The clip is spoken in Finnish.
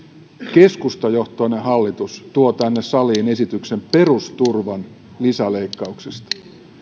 keskustajohtoinen hallitus tuo tänne saliin esityksen perusturvan lisäleikkauksista